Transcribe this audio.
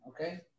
Okay